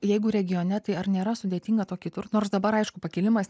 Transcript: jeigu regione tai ar nėra sudėtinga tokį tur nors dabar aišku pakilimas